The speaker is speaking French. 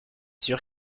sûr